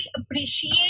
appreciate